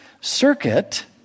circuit